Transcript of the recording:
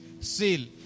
seal